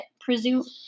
presume